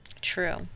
true